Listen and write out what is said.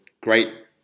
great